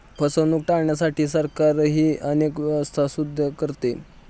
फसवणूक टाळण्यासाठी सरकारही अनेक व्यवस्था सुद्धा करते